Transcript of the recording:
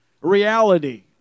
reality